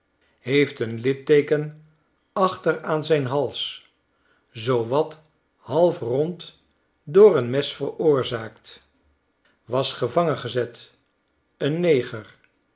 heefc een litteeken achter aan zijn hals zoowat half rond door een mes veroorzaakt was gevangen gezet een neger